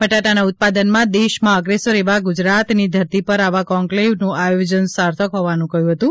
બટાટાના ઉત્પાદનમાં દેશમાં અગ્રેસર એવા ગુજરાતની ધરતી પર આવા કોન્કલેવનું આયોજન સાર્થક હોવાનું કહ્યું હતું